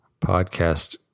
podcast